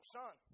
son